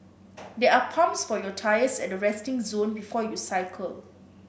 there are pumps for your tyres at the resting zone before you cycle